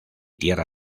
tierra